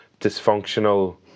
dysfunctional